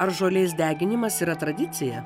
ar žolės deginimas yra tradicija